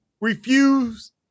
refuse